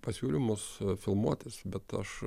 pasiūlymus filmuotis bet aš